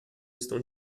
estão